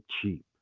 cheap